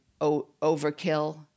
overkill